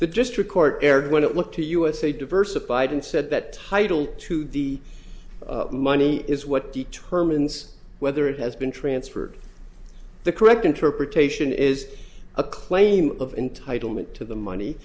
the district court erred when it looked to us a diversified and said that title to the money is what determines whether it has been transferred the correct interpretation is a claim of entitlement to the money